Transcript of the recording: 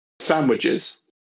Sandwiches